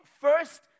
first